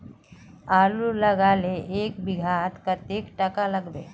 आलूर लगाले एक बिघात कतेक टका लागबे?